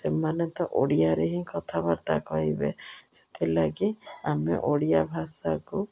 ସେମାନେ ତ ଓଡ଼ିଆରେ ହିଁ କଥାବାର୍ତ୍ତା କହିବେ ସେଥିଲାଗି ଆମେ ଓଡ଼ିଆ ଭାଷାକୁ